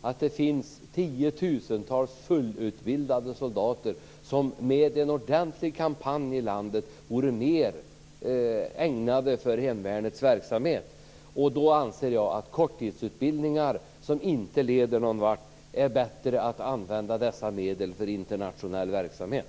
att det finns tiotusentals fullutbildade soldater som med en ordentlig kampanj i landet vore mer ägnade för hemvärnets verksamhet. Då anser jag att i stället för att använda medlen för korttidsutbildningar som inte leder någon vart borde man använda dem för internationell verksamhet.